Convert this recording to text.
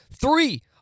three